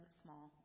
small